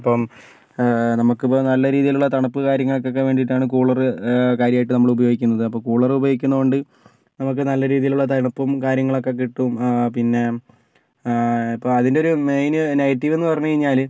അപ്പം നമുക്കിപ്പോൾ നല്ല രീതിയിലുള്ള തണുപ്പ് കാര്യങ്ങൾക്കൊക്കെ വേണ്ടിയിട്ടാണ് കൂളറ് കാര്യമായിട്ട് നമ്മള് ഉപയോഗിക്കുന്നത് അപ്പോൾ കൂളറ് ഉപയോഗിക്കുന്നത് കൊണ്ട് നമുക്ക് നല്ല രീതിയിലുള്ള തണുപ്പും കാര്യങ്ങളൊക്കെ കിട്ടും പിന്നെ ഇപ്പോൾ അതിൻ്റെ ഒരു മെയിന് നെഗറ്റീവെന്ന് പറഞ്ഞു കഴിഞ്ഞാല്